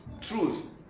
truth